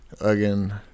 Again